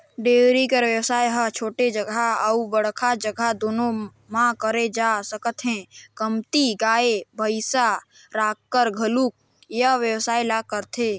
dairy कर बेवसाय ह छोटे जघा अउ बड़का जघा दूनो म करे जा सकत हे, कमती गाय, भइसी राखकर घलोक ए बेवसाय ल करथे